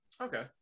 Okay